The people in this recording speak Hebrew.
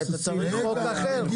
אתה צריך חוק אחר.